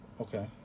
Okay